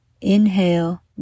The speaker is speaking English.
Inhale